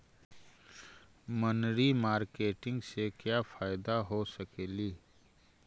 मनरी मारकेटिग से क्या फायदा हो सकेली?